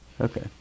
Okay